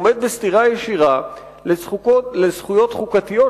הוא עומד בסתירה ישירה לזכויות חוקתיות,